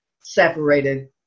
separated